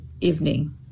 evening